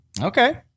Okay